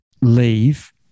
leave